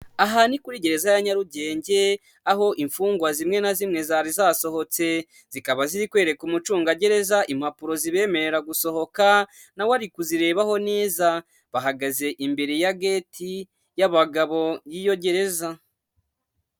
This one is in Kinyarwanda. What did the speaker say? Aha ni kuri gereza ya Nyarugenge, aho imfungwa zimwe na zimwe zari zasohotse zikaba ziri kwereka umucungagereza impapuro zibemerera gusohoka nawe ari kuzirebaho neza, bahagaze imbere ya geti y'abagabo y'iyo gereza.